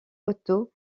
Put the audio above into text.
auto